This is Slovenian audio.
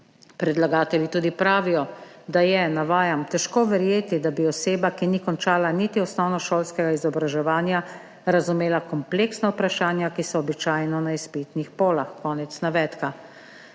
Predlagatelji tudi pravijo, da je, navajam: »Težko verjeti, da bi oseba, ki ni končala niti osnovnošolskega izobraževanja, razumela kompleksna vprašanja, ki so običajno na izpitnih polah.« Konec navedka.